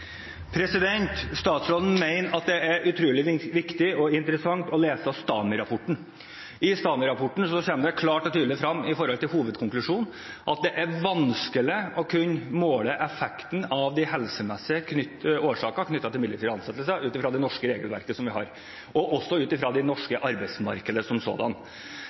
Statsråden mener at det er utrolig viktig og interessant å lese STAMI-rapporten. I STAMI-rapporten kommer det klart og tydelig frem i hovedkonklusjonen at det er vanskelig å kunne måle effekten av de helsemessige årsakene knyttet til midlertidige ansettelser ut fra det norske regelverket som vi har, og også ut fra det norske arbeidsmarkedet som